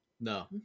No